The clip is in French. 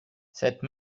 cette